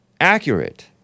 Accurate